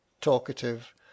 talkative